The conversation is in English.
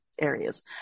areas